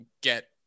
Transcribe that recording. get